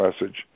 message